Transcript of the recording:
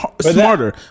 smarter